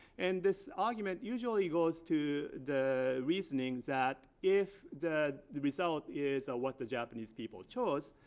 and this argument usually goes to the reasonings that if the the result is ah what the japanese people chose,